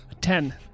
Ten